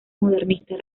modernista